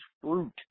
Fruit